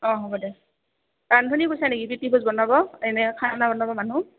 অঁ হ'ব দে নেকি প্রীতিভোজ বনাব এনে খানা বনাব মানুহ